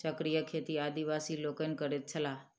चक्रीय खेती आदिवासी लोकनि करैत छलाह